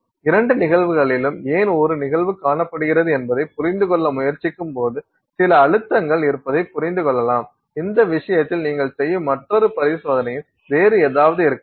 இரண்டு நிகழ்வுகளிலும் ஏன் ஒரு நிகழ்வு காணப்படுகிறது என்பதைப் புரிந்து கொள்ள முயற்சிக்கும்போது சில அழுத்தங்கள் இருப்பதை புரிந்து கொள்ளலாம் இந்த விஷயத்தில் நீங்கள் செய்யும் மற்றொரு பரிசோதனையில் வேறு ஏதாவது இருக்கலாம்